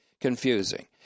confusing